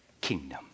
kingdom